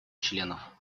членов